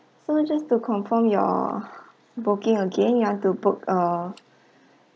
so just to confirm your booking again you want to book uh